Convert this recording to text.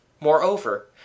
Moreover